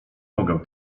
mogę